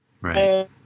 Right